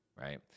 right